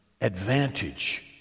advantage